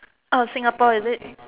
out of Singapore is it